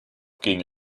gegen